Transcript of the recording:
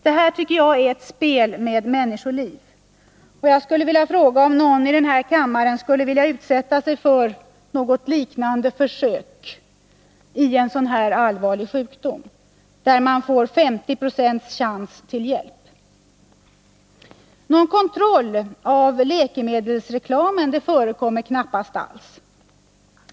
Det tycker jag är ett spel med människoliv, och jag skulle vilja fråga om någon av kammarens ledamöter vid en så allvarlig sjukdom skulle vilja utsätta sig för något liknande försök, där man har 50 9 risk att inte få Nr 22 någon hjälp alls. Någon kontroll av läkemedelsreklamen förekommer knappast alls.